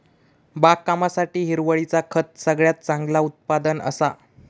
बागकामासाठी हिरवळीचा खत सगळ्यात चांगला उत्पादन असा